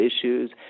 issues